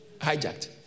hijacked